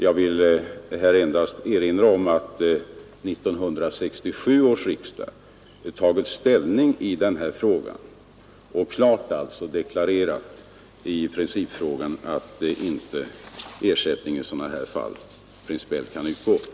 Jag erinrar endast om att 1967 års riksdag tagit ställning i denna fråga och klart deklarerat att ersättning i sådana här fall principiellt inte utgår.